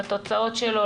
לתוצאות שלו,